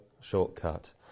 shortcut